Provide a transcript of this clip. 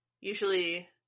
usually